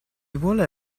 vuole